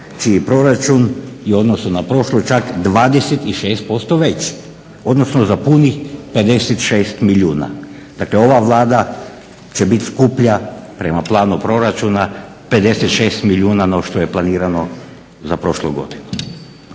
čiji je proračun u odnosu na prošlu čak 26% veći odnosno za punih 56 milijuna. Dakle, ova Vlada će biti skuplja prema planu proračuna 56 milijuna no što je planirano za prošlu godinu.